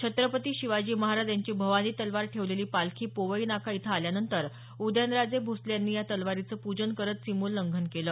छत्रपती शिवाजी महाराज यांची भवानी तलवार ठेवलेली पालखी पोवई नाका इथं आल्यानंतर उदयनराजे भोसले यांनी या तलवारीचं पूजन करत सिमोल्लंघन केलं